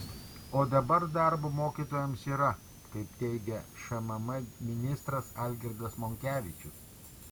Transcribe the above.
o dabar darbo mokytojams yra kaip teigia šmm ministras algirdas monkevičius